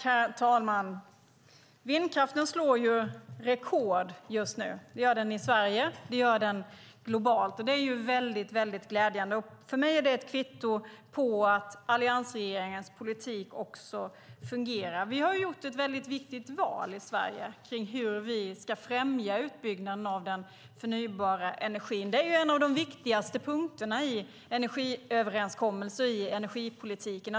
Herr talman! Vindkraften slår rekord just nu. Det gör den i Sverige. Det gör den globalt. Det är väldigt glädjande, och för mig är det också ett kvitto på att alliansregeringens politik fungerar. Vi har gjort ett väldigt viktigt val i Sverige kring hur vi ska främja utbyggnaden av den förnybara energin. Att steg för steg öka det förnybara är en av de viktigaste punkterna i energiöverenskommelsen och i energipolitiken.